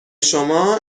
شما